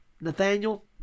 Nathaniel